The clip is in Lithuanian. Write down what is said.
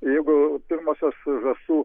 jeigu pirmosios žąsų